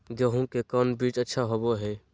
गेंहू के कौन बीज अच्छा होबो हाय?